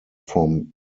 from